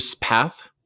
path